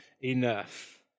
enough